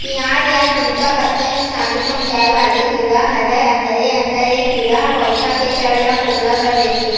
जियार या दिमक अतका नुकसानी पहुंचाय वाले कीरा हरय अंदरे अंदर ए कीरा ह पउधा के जर ल खोखला कर देथे